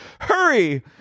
Hurry